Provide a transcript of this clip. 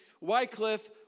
Wycliffe